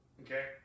Okay